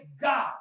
God